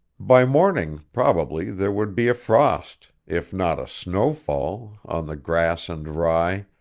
by morning, probably, there would be a frost, if not a snowfall, on the grass and rye,